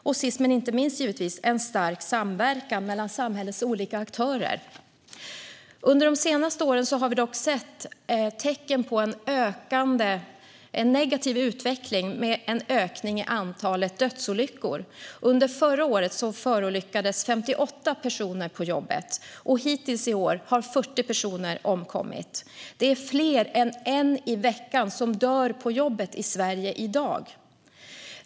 Sist men inte minst handlar det givetvis om en stark samverkan mellan samhällets olika aktörer. Under de senaste åren har vi dock sett tecken på en negativ utveckling med en ökning av antalet dödsolyckor. Under förra året förolyckades 58 personer på jobbet. Hittills i år har 40 personer omkommit. Det är fler än en i veckan som dör på jobbet i Sverige i dag.